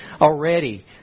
already